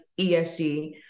ESG